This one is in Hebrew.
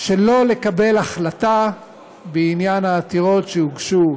שלא לקבל החלטה בעניין העתירות שהוגשו